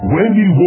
Wendy